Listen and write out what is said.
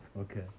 Okay